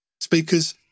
speakers